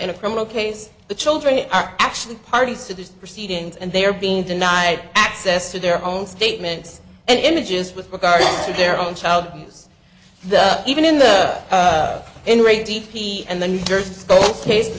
in a criminal case the children are actually parties to the proceedings and they are being denied access to their own statements and images with regard to their own child abuse even in the in re d p and the new jersey both cases